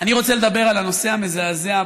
אני רוצה לדבר על הנושא המזעזע,